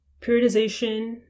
Periodization